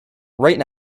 right